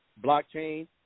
blockchain